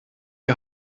die